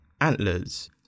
antlers